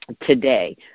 Today